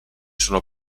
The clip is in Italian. sono